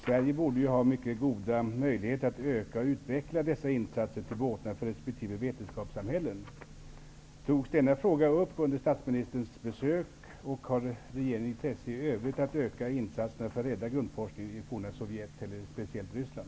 Sverige borde ju ha mycket goda möjligheter att öka och utveckla dessa insatser till båtnad för resp. vetenskapssamhällen. Togs denna fråga upp under statsministerns besök, och har regeringen intresse i övrigt av att öka insatserna för att rädda grundforskningen i det forna Sovjet, speciellt i Ryssland?